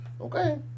Okay